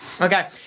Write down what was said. Okay